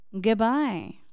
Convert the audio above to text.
Goodbye